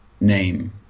name